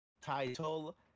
title